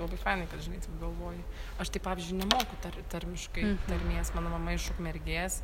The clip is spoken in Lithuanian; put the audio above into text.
labai fainai kad žinai taip galvoji aš taip pavyzdžiui nemoku tar tarmiškai tarmės mano mama iš ukmergės